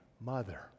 mother